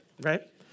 Right